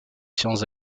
sciences